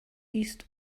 east